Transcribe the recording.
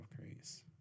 grace